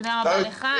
תודה רבה לך.